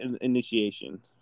initiation